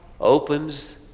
opens